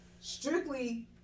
strictly